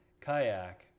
kayak